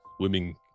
swimming